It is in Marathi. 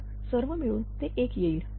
तर सर्व मिळून ते 1 येईल